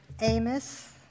Amos